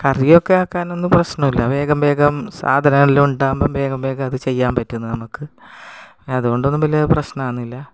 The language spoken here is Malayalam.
കറിയൊക്കെ ആക്കാനൊന്നും പ്രശ്നമില്ല വേഗം വേഗം സാധനം എല്ലാം ഉണ്ടാകുമ്പോൾ വേഗം വേഗം അത് ചെയ്യുക പറ്റും നമുക്ക് അതുകൊണ്ടൊന്നും വലിയ പ്രശ്നമാകുന്നില്ല